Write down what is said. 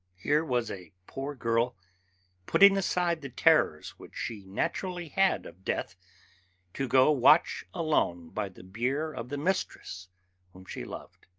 here was a poor girl putting aside the terrors which she naturally had of death to go watch alone by the bier of the mistress whom she loved,